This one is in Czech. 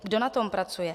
Kdo na tom pracuje?